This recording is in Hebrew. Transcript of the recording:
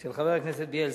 של חבר הכנסת בילסקי.